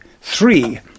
three